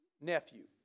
nephew